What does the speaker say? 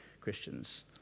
Christians